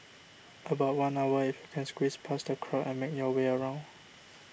about one hour if you can squeeze past the crowd and make your way around